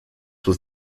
was